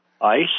ice